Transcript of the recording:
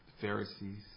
Pharisees